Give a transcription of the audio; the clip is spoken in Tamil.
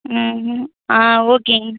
ம் ம் ஆ ஓகேங்க